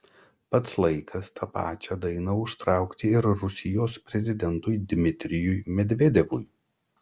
pats laikas tą pačią dainą užtraukti ir rusijos prezidentui dmitrijui medvedevui